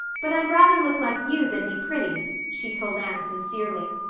but i'd rather look like you than be pretty, she told anne sincerely.